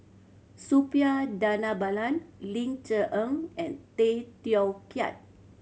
Suppiah Dhanabalan Ling Cher Eng and Tay Teow Kiat